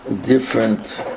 different